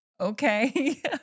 okay